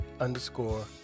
underscore